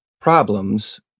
problems